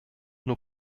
nur